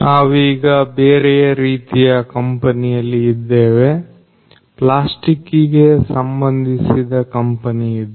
ನಾವೀಗ ಬೇರೆಯೇ ರೀತಿಯ ಕಂಪನಿಯಲ್ಲಿ ಇದ್ದೇವೆ ಪ್ಲಾಸ್ಟಿಕ್ ಗೆ ಸಂಬಂಧಿಸಿದ ಕಂಪನಿ ಇದು